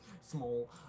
Small